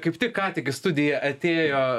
kaip tik ką tik į studiją atėjo